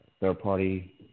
third-party